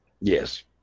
Yes